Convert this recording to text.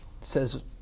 says